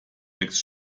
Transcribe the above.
wächst